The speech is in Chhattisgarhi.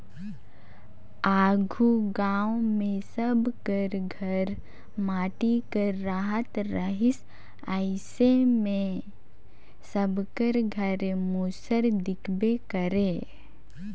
आघु गाँव मे सब कर घर माटी कर रहत रहिस अइसे मे सबकर घरे मूसर दिखबे करे